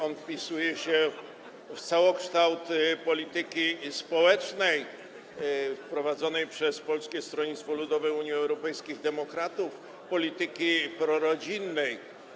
On wpisuje się w całokształt polityki społecznej prowadzonej przez Polskie Stronnictwo Ludowe - Unię Europejskich Demokratów, polityki prorodzinnej.